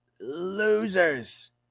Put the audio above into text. losers